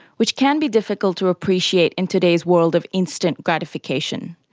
which can be difficult to appreciate in today's world of instant gratification.